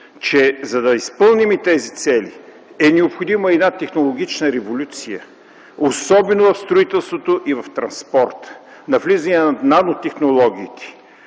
че, за да изпълним тези цели, е необходима една технологична революция, особено в строителството и в транспорта, навлизане на нанотехнологиите.